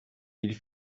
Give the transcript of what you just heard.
ils